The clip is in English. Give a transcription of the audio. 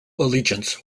allegiance